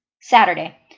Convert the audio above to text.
Saturday